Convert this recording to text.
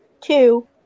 Two